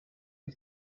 است